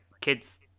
kids